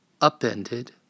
upended